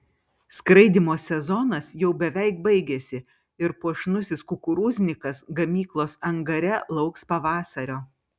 skraidymo sezonas jau beveik baigėsi ir puošnusis kukurūznikas gamyklos angare lauks pavasario